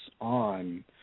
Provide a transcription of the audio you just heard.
on